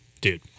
dude